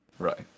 right